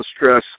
stress